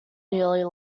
nearly